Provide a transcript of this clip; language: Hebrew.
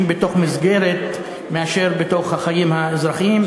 בתוך מסגרת ובהתנהלות בחיים האזרחיים,